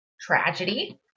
tragedy